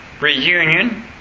reunion